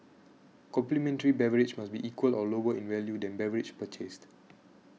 complimentary beverage must be equal or lower in value than beverage purchased